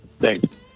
Thanks